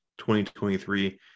2023